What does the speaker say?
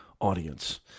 audience